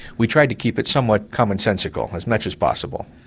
we tried to keep it somewhat commonsensical, as much as possible.